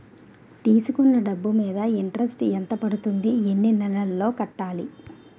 తీసుకున్న డబ్బు మీద ఇంట్రెస్ట్ ఎంత పడుతుంది? ఎన్ని నెలలో కట్టాలి?